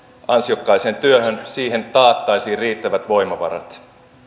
ansiokkaaseen työhön taattaisiin riittävät voimavarat